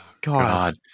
god